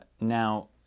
Now